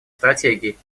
стратегий